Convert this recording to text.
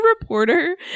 reporter